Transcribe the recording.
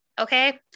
okay